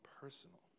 personal